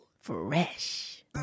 Fresh